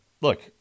look